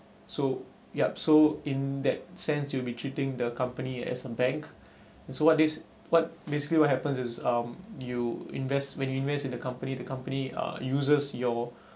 so yup so in that sense you'll be treating the company as a bank so what this what basically what happens is um you invest when you invest in the company the company uh uses your